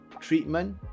treatment